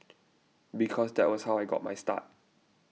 because that was how I got my start